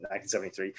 1973